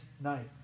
night